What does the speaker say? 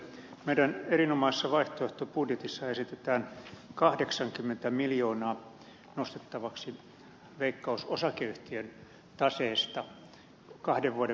meidän erinomaisessavaihtoehtobudjetissa esitetään kahdeksankymmentä miljoonaa nostettavaksi veikkaus osakeyhtiön taseesta kahden vuoden